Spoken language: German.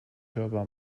hörbar